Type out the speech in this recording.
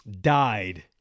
died